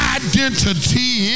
identity